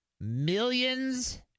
Millions